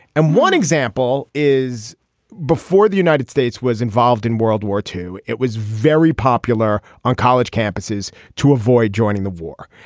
and one example is before the united states was involved in world war two. it was very popular on college campuses to avoid joining the war.